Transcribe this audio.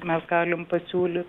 mes galim pasiūlyt